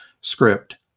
script